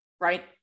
Right